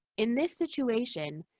in this situation,